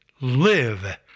live